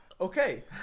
Okay